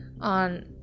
on